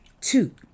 two